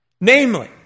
namely